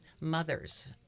mothers